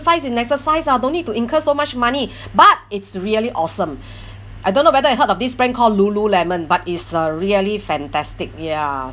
exercise is exercise lah don't need to incur so much money but it's really awesome I don't know whether you heard of this brand called lululemon but is uh really fantastic ya